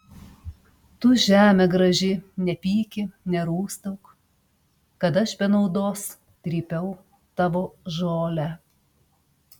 tu žeme graži nepyki nerūstauk kad aš be naudos trypiau tavo žolę